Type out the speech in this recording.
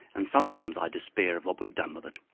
and sometimes i despair of what we've done with it.